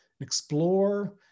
explore